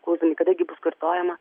klausdami kada gi bus kartojama